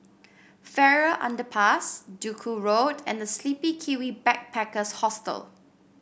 Farrer Underpass Duku Road and The Sleepy Kiwi Backpackers Hostel